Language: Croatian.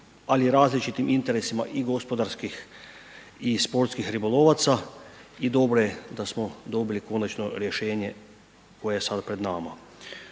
ali i različitim interesima i gospodarskih i sportskih ribolovaca i dobro je da smo dobili konačno rješenje koje je sad pred nama.